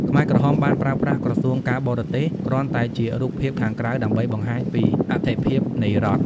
ខ្មែរក្រហមបានប្រើប្រាស់ «ក្រសួងការបរទេស» គ្រាន់តែជារូបភាពខាងក្រៅដើម្បីបង្ហាញពីអត្ថិភាពនៃរដ្ឋ។